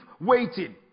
waiting